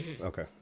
okay